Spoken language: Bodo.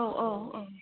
औ औ औ